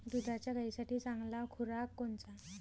दुधाच्या गायीसाठी चांगला खुराक कोनचा?